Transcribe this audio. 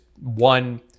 one